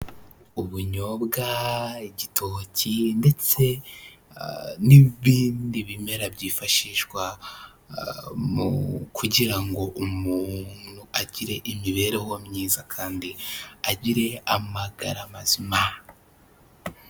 uUbunyobwa igitoki ndetse n'ibindi bimera byifashishwa mu kugira ngo umuntu agire imibereho myiza kandi agire amagara mazima.